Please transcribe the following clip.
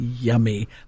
yummy